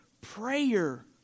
Prayer